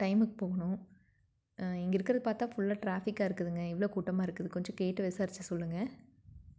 டைமுக்கு போகணும் இங்கே இருக்கிறத பார்த்தா ஃபுல்லாக ட்ராஃபிக்காக இருக்குதுங்க எவ்வளோ கூட்டமாக இருக்குது கொஞ்சம் கேட்டு விசாரித்து சொல்லுங்க